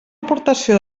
aportació